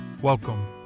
Welcome